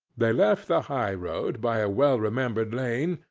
they left the high-road, by a well-remembered lane,